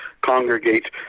congregate